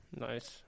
Nice